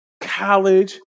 college